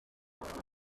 goesau